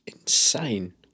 insane